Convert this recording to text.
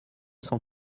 cent